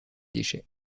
déchets